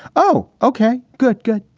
oh, ok, good, good.